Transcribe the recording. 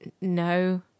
No